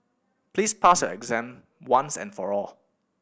please pass your exam once and for all